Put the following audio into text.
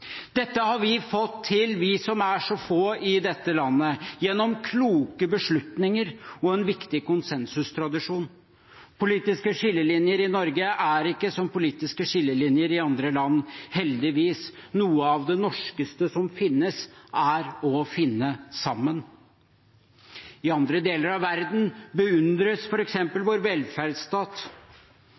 Dette har vi fått til, vi som er så få i dette landet, gjennom kloke beslutninger og en viktig konsensustradisjon. Politiske skillelinjer i Norge er ikke som politiske skillelinjer i andre land, heldigvis. Noe av det norskeste som finnes, er å finne sammen. I andre deler av verden beundres f.eks. vår velferdsstat.